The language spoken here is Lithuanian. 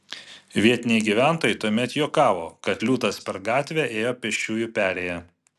vietiniai gyventojai tuomet juokavo kad liūtas per gatvę ėjo pėsčiųjų perėja